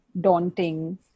daunting